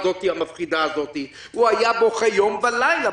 המפחידה הזאת והוא היה בוכה יום ולילה.